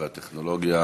הטכנולוגיה